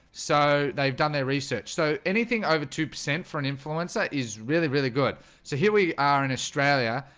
so they've done their research. so anything over two percent for an influencer is really really good so here we are in australia,